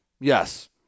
Yes